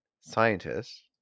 Scientists